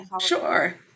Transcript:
Sure